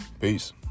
peace